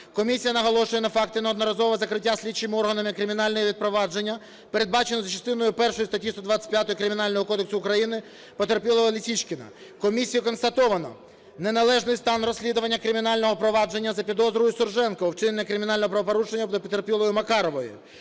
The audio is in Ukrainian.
Комісія наголошує на факті неодноразового закриття слідчими органами кримінального провадження, передбаченого за частиною першою статті 125 Кримінального кодексу України, потерпілого Лисичкіна. Комісією констатовано неналежний стан розслідування кримінального провадження за підозрою Сурженка у вчиненні кримінального правопорушення щодо потерпілої Макарової.